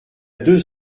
deux